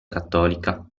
cattolica